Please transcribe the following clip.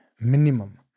Minimum